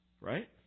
Right